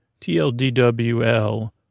TLDWL